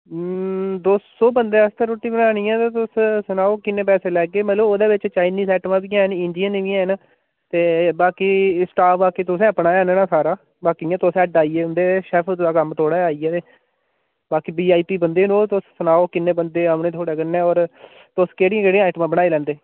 दो सौ बंदे आस्तै रुट्टी बनानी ऐ ते तुस सनाओ किन्ने पैसे लैगे मतलब ओह्दे बिच्च चाइनिस आइटमां बी हैन इंडियन बी हैन ते बाकी स्टाफ बाकी तुसें अपना गै आह्नना सारा बाकी जियां तुस हेड आई गे उं'दे शेफ दा कम्म थुआढ़ा आई गेआ ते बाकी वी आई पी बंदे न ओह् तुस सनाओ किन्ने बंदे औने थुआढ़े कन्नै होर तुस केह्ड़ियां केह्ड़ियां आइटमां बनाई लैंदे